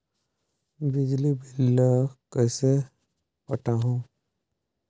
बिजली बिल ल कइसे पटाहूं?